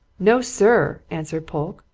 no, sir! answered polke.